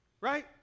right